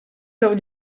del